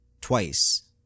Twice